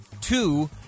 two